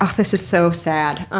ah this is so sad.